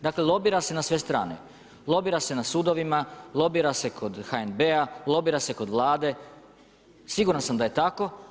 Dakle, lobira se na sve strane, lobira se na sudovima, lobira se kod HNB-a, lobira se kod Vlade, siguran sam da je tako.